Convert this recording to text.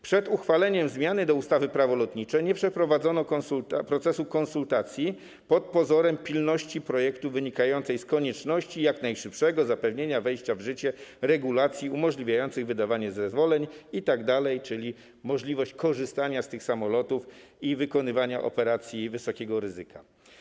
Przed uchwaleniem zmiany ustawy - Prawo lotnicze nie przeprowadzono procesu konsultacji pod pozorem pilności projektu wynikającej z konieczności jak najszybszego zapewnienia wejścia w życie regulacji umożliwiających wydawanie zezwoleń itd., czyli możliwości korzystania z tych samolotów i wykonywania operacji wysokiego ryzyka.